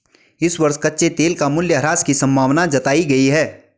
इस वर्ष कच्चे तेल का मूल्यह्रास की संभावना जताई गयी है